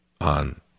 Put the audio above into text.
on